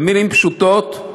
במילים פשוטות: